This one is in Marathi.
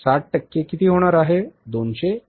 60 टक्के किती होणार आहे